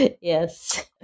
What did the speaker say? Yes